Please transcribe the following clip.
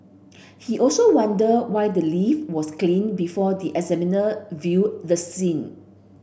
he also wondered why the lift was cleaned before the examiner viewed the scene